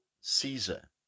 Caesar